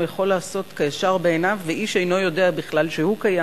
הוא יכול לעשות כישר בעיניו ואיש אינו יודע בכלל שהוא קיים.